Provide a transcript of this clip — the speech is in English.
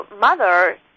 mother